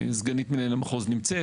וסגנית מנהל המחוז נמצאת.